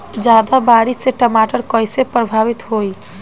ज्यादा बारिस से टमाटर कइसे प्रभावित होयी?